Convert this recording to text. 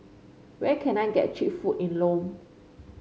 where can I get cheap food in Lome